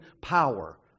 power